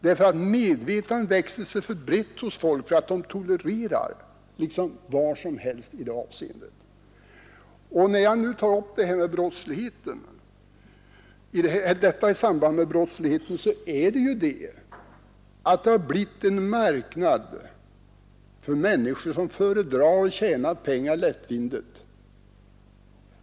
Denna inställning växer sig alltför bred, eftersom vi tolererar nästan vad som helst i detta avseende. Att jag tar upp detta i samband med brottsligheten beror på att det har blivit en marknad för människor som föredrar att tjäna pengar lättvindigt.